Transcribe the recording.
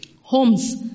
homes